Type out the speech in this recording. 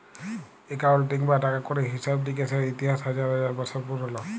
accounting বা টাকা কড়ির হিসেব লিকেসের ইতিহাস হাজার হাজার বসর পুরল